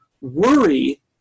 worry